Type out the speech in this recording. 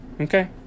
okay